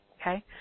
Okay